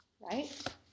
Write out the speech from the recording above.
Right